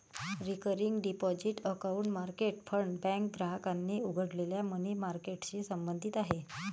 recurring deposit account market fund bank ग्राहकांनी उघडलेल्या money मार्केटशी संबंधित आहे